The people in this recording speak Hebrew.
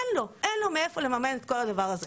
אין לו מאיפה לממן את כל הדבר הזה.